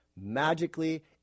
magically